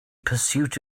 pursuit